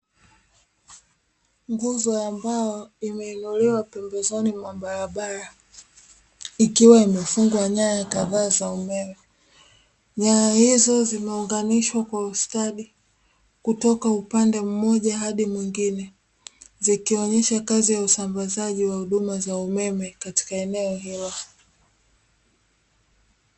Nguzo ya mbao imeinuliwa pembezoni mwa barabara, ikiwa imefungwa nyaya kadhaa za umeme. Nyaya hizo zimeunganishwa kwa ustadi kutoka upande mmoja hadi mwingine, zikionyesha kazi ya usambazaji wa huduma za umeme katika eneo hilo.